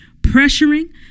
pressuring